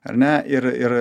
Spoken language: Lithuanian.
ar ne ir ir